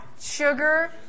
sugar